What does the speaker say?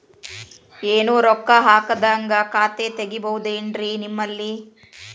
ಏನು ರೊಕ್ಕ ಹಾಕದ್ಹಂಗ ಖಾತೆ ತೆಗೇಬಹುದೇನ್ರಿ ನಿಮ್ಮಲ್ಲಿ?